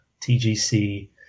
TGC